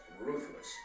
ruthless